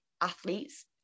athletes